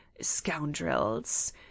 scoundrels